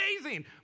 amazing